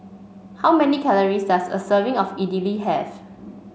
how many calories does a serving of Idili have